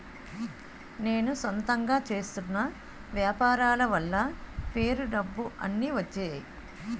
నేను సొంతంగా చేస్తున్న వ్యాపారాల వల్ల పేరు డబ్బు అన్ని వచ్చేయి